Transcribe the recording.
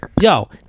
Yo